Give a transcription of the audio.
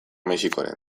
mexikoren